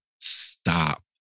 stop